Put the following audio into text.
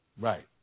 Right